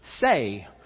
say